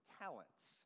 talents